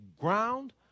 ground